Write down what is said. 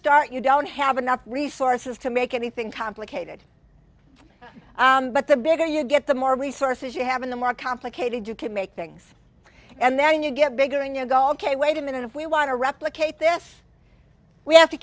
start you don't have enough resources to make anything complicated but the bigger you get the more resources you have in the more complicated you can make things and then you get bigger and you go ok wait a minute if we want to replicate this we have to